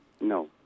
No